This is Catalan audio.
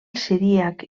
siríac